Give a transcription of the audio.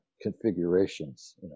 configurations